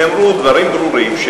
נאמרו דברים ברורים,